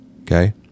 okay